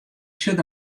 sjoch